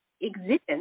existence